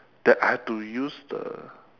that I had to use the